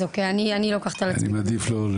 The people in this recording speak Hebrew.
אני מעדיף לא,